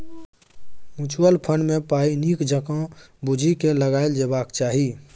mutual fund मे पाइ नीक जकाँ बुझि केँ लगाएल जेबाक चाही